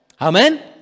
Amen